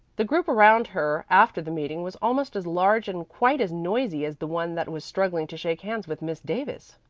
the group around her after the meeting was almost as large and quite as noisy as the one that was struggling to shake hands with miss davis.